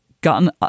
gotten